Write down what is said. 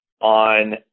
on